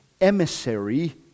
emissary